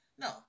No